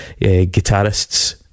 guitarists